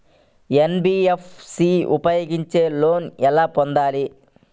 NBFC ఉపయోగించి loan ఎలా పొందాలి?